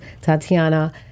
Tatiana